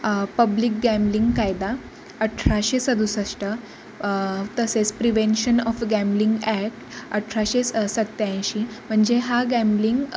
public gambling कायदा अठराशे सदुसष्ट तसेच प्रिवेन्शन ऑफ गॅमलिंग ॲक्ट अठराशे स सत्त्याऐंशी म्हणजे हा गॅमलिंग